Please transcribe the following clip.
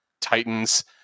titans